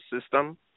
system